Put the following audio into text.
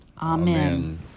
Amen